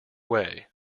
way